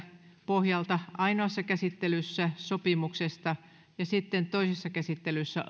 pohjalta ainoassa käsittelyssä sopimuksesta ja sitten toisessa käsittelyssä